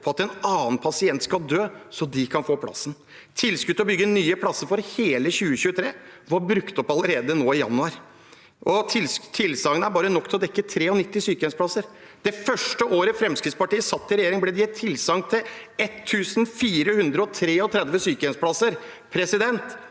på at en annen pasient skal dø, slik at de kan få plassen. Tilskudd for å bygge nye plasser for hele 2023 var brukt opp allerede nå i januar. Tilsagnet er bare nok til å dekke 93 sykehjemsplasser. Det første året Fremskrittspartiet satt i regjering, ble det gitt tilsagn til 1 433 sykehjemsplasser.